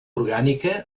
orgànica